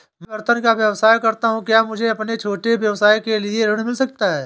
मैं बर्तनों का व्यवसाय करता हूँ क्या मुझे अपने छोटे व्यवसाय के लिए ऋण मिल सकता है?